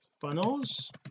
funnels